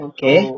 Okay